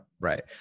Right